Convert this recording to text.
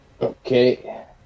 Okay